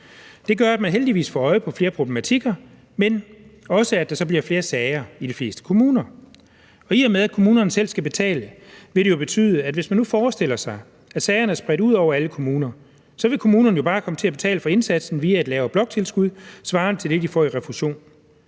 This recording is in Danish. Det gør, at man heldigvis får øje på flere problematikker, men også, at der bliver flere sager i de fleste kommuner. I og med at kommunerne selv skal betale, vil det jo betyde – hvis man nu forestiller sig, at sagerne er spredt ud over alle kommuner – at kommunerne bare vil komme til at betale for indsatsen via et lavere bloktilskud svarende til det, de får i refusion.